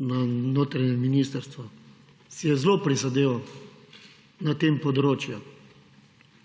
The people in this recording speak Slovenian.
na notranjem ministrstvu, si je zelo prizadeval na tem področju